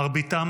מרביתם,